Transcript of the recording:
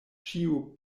ĉiu